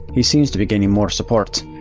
he seems to be gaining more support.